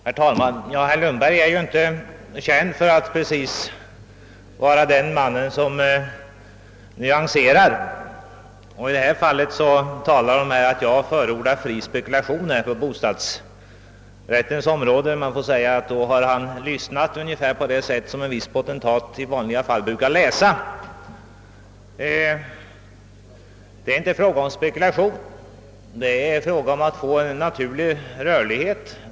Herr talman! Herr Lundberg är ju inte precis känd för att nyansera. När han talar om att jag har förordat fri spekulation på bostadsrättens område, måste man säga, att han har lyssnat på mig ungefär på samma sätt som en viss potentat i vanliga fall brukar läsa. Det är inte fråga om spekulation utan om att få till stånd en naturlig rörlighet.